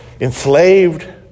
enslaved